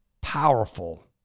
powerful